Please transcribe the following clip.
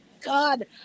God